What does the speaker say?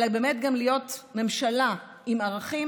אלא באמת גם להיות ממשלה עם ערכים,